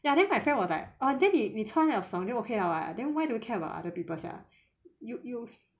ya then my friend was like uh 你你穿了爽 then okay liao ah then why do you care about other people sia you you